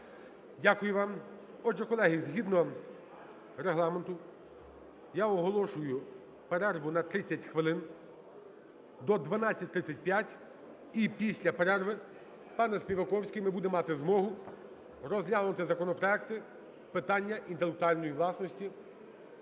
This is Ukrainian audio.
Дякую вам. Отже, колеги, згідно Регламенту я оголошую перерву на 30 хвилин до 12:35. І після перерви, пане Співаковський, ми будемо мати змогу розглянути законопроекти питання інтелектуальної власності.